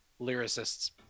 lyricists